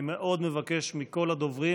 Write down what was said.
אני מבקש מכל הדוברים